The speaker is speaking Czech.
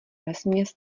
vesměs